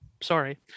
Sorry